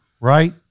right